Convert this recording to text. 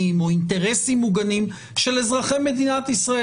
או אינטרסים מוגנים של אזרחי מדינת ישראל.